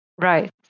Right